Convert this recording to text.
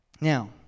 Now